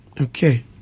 Okay